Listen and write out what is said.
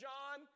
John